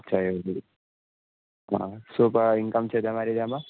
અચ્છા એવું શું પણ ઈનકમ છે તમારી તેમાં